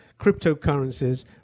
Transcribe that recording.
cryptocurrencies